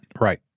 Right